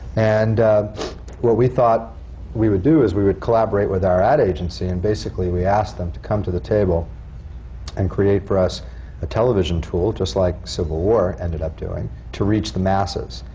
and what we thought we would do is we would collaborate with our ad agency. and basically, we asked them to come to the table and create for us a television tool, just like civil war ended up doing, to reach the masses.